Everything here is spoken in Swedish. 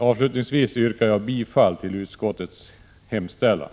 Avslutningsvis yrkar jag bifall till utskottets hemställan.